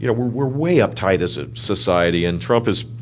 you know we're we're way uptight as a society, and trump has,